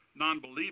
nonbelievers